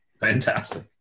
Fantastic